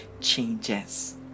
changes